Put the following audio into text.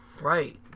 Right